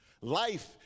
Life